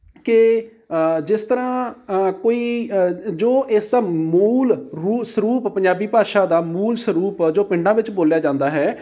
ਕਿ ਜਿਸ ਤਰ੍ਹਾਂ ਕੋਈ ਜੋ ਇਸ ਦਾ ਮੂਲ ਰੂਸ ਰੂਪ ਪੰਜਾਬੀ ਭਾਸ਼ਾ ਦਾ ਮੂਲ ਸਰੂਪ ਜੋ ਪਿੰਡਾਂ ਵਿੱਚ ਬੋਲਿਆ ਜਾਂਦਾ ਹੈ